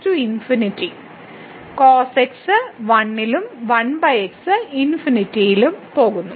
Cos x 1 ലും 1 x ∞ ലും പോകുന്നു